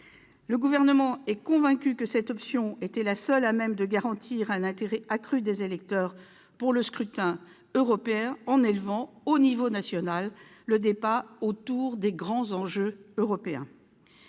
Le Gouvernement est convaincu que cette option était la seule à même de garantir un intérêt accru des électeurs pour ce scrutin, en élevant au niveau national le débat autour des grands enjeux européens.